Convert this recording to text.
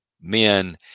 men